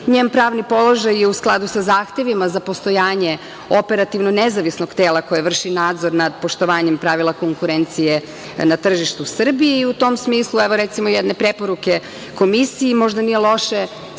Njen pravni položaj je u skladu sa zahtevima za postojanje operativno nezavisnog tela koje vrši nadzor nad poštovanjem pravila konkurencije na tržištu Srbije i u tom smislu, evo recimo jedne preporuke Komisiji, možda nije loše